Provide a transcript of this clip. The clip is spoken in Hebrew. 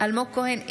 אלמוג כהן,